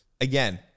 again